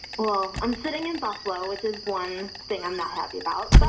well, i'm sitting in buffalo, which is one thing i'm not happy about.